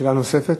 שאלה נוספת?